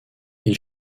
ils